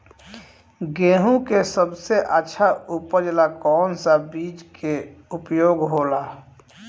गेहूँ के सबसे अच्छा उपज ला कौन सा बिज के उपयोग होला?